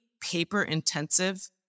paper-intensive